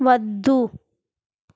వద్దు